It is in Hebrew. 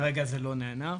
כרגע זה לא נענה.